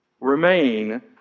remain